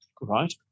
Right